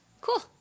Cool